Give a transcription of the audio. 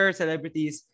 celebrities